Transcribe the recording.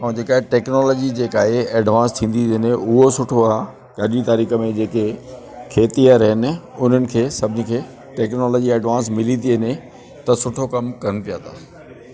अऊं जेका टेक्नोलॉजी जेका आए एडवांस थींदी थी वञे उहो सुठो आहे अॼु जी तारीख़ में जेके खेती वारा आहिनि उन्हनि खे सभिनी खे टेक्नोलॉजी एडवांस मिली थी वञे त सुठो कमु कनि पिया था